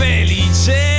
felice